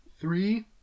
three